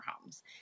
homes